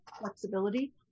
flexibility